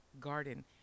garden